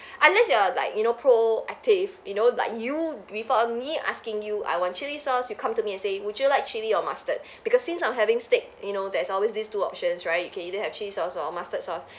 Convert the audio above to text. unless you are like you know proactive you know like you before err me asking you I want chilli sauce you come to me and say would you like chili or mustard because since I'm having steak you know there's always this two options right you can either have chilli sauce or mustard sauce